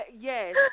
yes